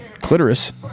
clitoris